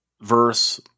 verse